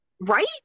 right